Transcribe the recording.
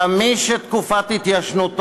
אלא מי שתקופת ההתיישנות